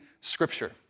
scripture